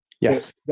Yes